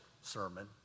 sermon